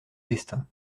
destin